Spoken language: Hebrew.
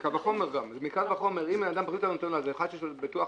ומקל וחומר גם אם בן אדם --- אחד שיש לו ביטוח,